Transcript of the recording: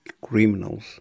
criminals